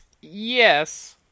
Yes